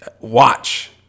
Watch